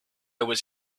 was